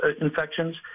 infections